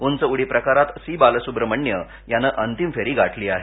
उंचउडी प्रकरात सी बाल सुब्रमण्य याने अंतिम फेरी गाठली आहे